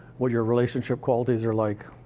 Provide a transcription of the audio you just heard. what your relationship qualities are like,